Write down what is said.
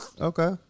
Okay